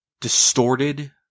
distorted